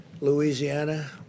Louisiana